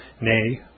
nay